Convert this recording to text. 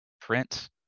print